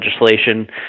legislation